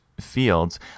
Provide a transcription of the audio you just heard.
fields